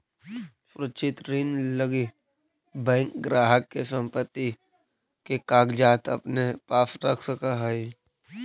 सुरक्षित ऋण लगी बैंक ग्राहक के संपत्ति के कागजात अपने पास रख सकऽ हइ